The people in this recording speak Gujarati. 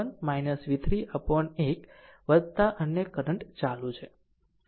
આમ આ v1 v3 upon 1 અન્ય કરંટ ચાલુ છે